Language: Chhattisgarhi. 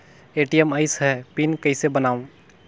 ए.टी.एम आइस ह पिन कइसे बनाओ?